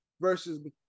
versus